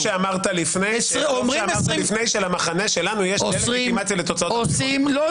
טוב שאמרת לפני שלמחנה שלנו יש לגיטימציה לתוצאות- -- לא,